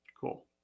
cool